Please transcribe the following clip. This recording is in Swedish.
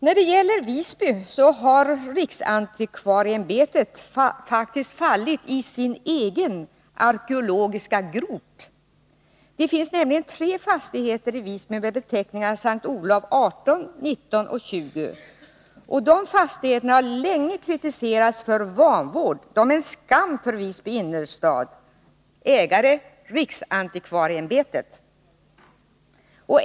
När det gäller Visby har riksantikvarieämbetet faktiskt fallit i sin egen arkeologiska grop. Det finns nämligen tre fastigheter i Visby med beteckningarna S:t Olof 18, 19 och 20. Dessa fastigheter har länge väckt kritik för vanvård. De är en skam för Visby innerstad. Ägare: Riksantikvarieämbetet.